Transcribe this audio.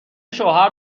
شوهر